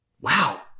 wow